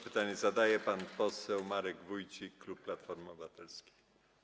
Pytanie zadaje pan poseł Marek Wójcik, klub Platforma Obywatelska.